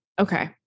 Okay